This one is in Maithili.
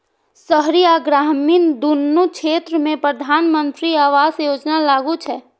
शहरी आ ग्रामीण, दुनू क्षेत्र मे प्रधानमंत्री आवास योजना लागू छै